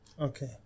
Okay